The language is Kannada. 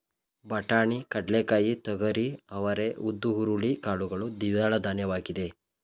ಬಟಾಣಿ, ಕಡ್ಲೆಕಾಯಿ, ತೊಗರಿ, ಅವರೇ, ಉದ್ದು, ಹುರುಳಿ ಕಾಳುಗಳು ದ್ವಿದಳಧಾನ್ಯವಾಗಿದೆ